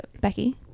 becky